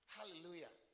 Hallelujah